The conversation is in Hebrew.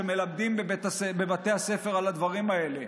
שמלמדים בבתי הספר על הדברים האלה.